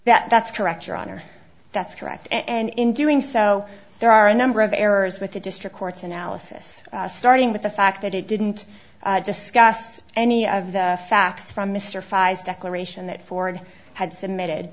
refund that's correct your honor that's correct and in doing so there are a number of errors with the district court's analysis starting with the fact that it didn't discuss any of the facts from mr fi's declaration that ford had submitted